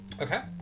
Okay